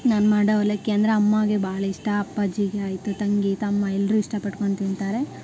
ನಾನು ಮಾಡೋ ಅವಲಕ್ಕಿ ಅಂದ್ರೆ ಅಮ್ಮನಿಗೆ ಭಾಳ ಇಷ್ಟ ಅಪ್ಪಾಜಿಗೆ ಆಯಿತು ತಂಗಿ ತಮ್ಮ ಎಲ್ಲರೂ ಇಷ್ಟಪಡ್ಕೊಂಡು ತಿಂತಾರೆ